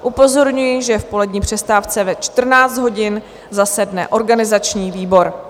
Upozorňuji, že v polední přestávce ve 14 hodin zasedne organizační výbor.